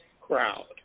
crowd